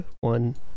One